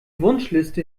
wunschliste